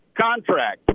contract